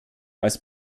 als